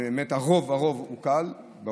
באמת הרוב פגיעות קלות,